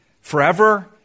Forever